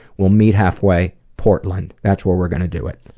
we'll meet halfway portland. that's where we're going to do it.